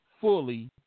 fully